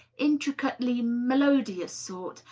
intricately melodious sort,